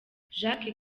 jacques